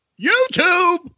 youtube